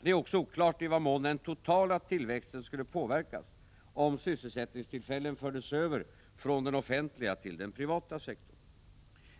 Det är också oklart i vad mån den totala tillväxten skulle påverkas om sysselsättningstillfällen fördes över från den offentliga till den privata sektorn.